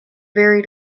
very